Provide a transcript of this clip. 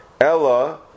Ella